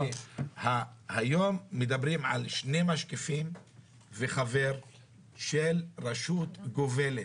היום מדברים על שני משקיפים וחבר של רשות גובלת.